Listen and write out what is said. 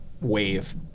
wave